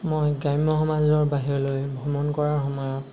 মই গ্ৰাম্য় সমাজৰ বাহিৰলৈ ভ্ৰমণ কৰাৰ সময়ত